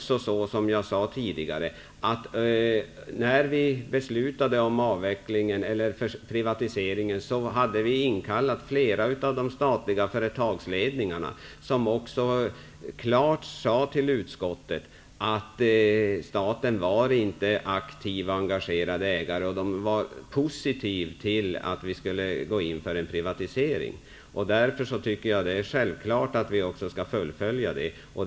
Som jag sade tidigare, hade vi när vi beslutade om privatiseringen inkallat flera av de statliga företagsledningarna, som klart sade till utskottet att staten inte var aktiv och engagerad ägare. De var positiva till att vi skulle gå in för en privatisering. Därför tycker jag att det är självklart att fullfölja privatiseringen.